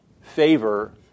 favor